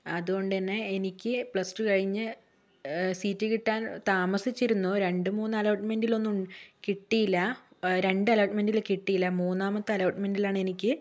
അതുകൊണ്ടുതന്നെ എനിക്ക് plus two കഴിഞ്ഞ് സീറ്റ് കിട്ടാന് താമസിച്ചിരുന്നു രണ്ട് മൂന്ന് അലോട്ട്മെൻറ്റിൽ ഒന്നും കിട്ടിയില്ല രണ്ട് അലോട്ട്മെൻറ്റിൽ കിട്ടിയില്ല മൂന്നാമത്തെ അലോട്ട്മെൻറ്റിൽ ആണ് എനിക്ക്